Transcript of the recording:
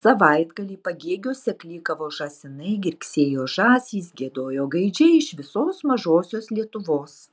savaitgalį pagėgiuose klykavo žąsinai girgsėjo žąsys giedojo gaidžiai iš visos mažosios lietuvos